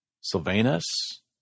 Sylvanus